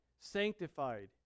sanctified